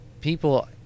people